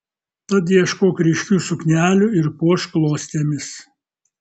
tad ieškok ryškių suknelių ir puošk klostėmis